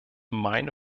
meine